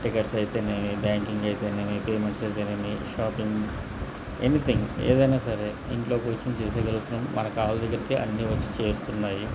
tickets అయితేనేవి banking అయితేనేవి payments అయితేనేవి షాపింగ్ ఎనీథింగ్ ఏదైనా సరే ఇంట్లోకి కూర్చొని చేసుకోగలుగుతున్నాం మనకి కాళ్ళ దగ్గరికి అన్నీ వచ్చి చేరుతున్నాయి